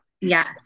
Yes